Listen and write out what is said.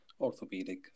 orthopedic